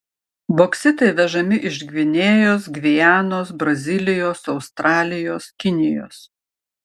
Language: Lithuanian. boksitai vežami iš gvinėjos gvianos brazilijos australijos kinijos